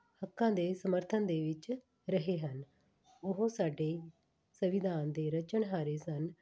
ਹੱਕਾਂ ਦੇ ਸਮਰਥਨ ਦੇ ਵਿੱਚ ਰਹੇ ਹਨ ਉਹ ਸਾਡੇ ਸੰਵਿਧਾਨ ਦੇ ਰਚਣਹਾਰੇ ਸਨ